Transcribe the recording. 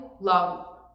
love